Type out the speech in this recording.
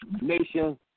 Nation